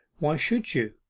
why should you,